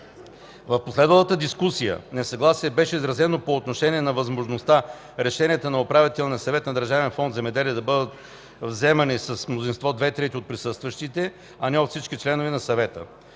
В последвалата дискусия несъгласие беше изразено по отношение на възможността решенията на Управителния съвет на Държавен фонд „Земеделие” да бъдат вземани с мнозинство 2/3 от присъстващите, а не от всички членове на съвета.